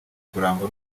kurangwa